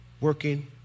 working